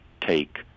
take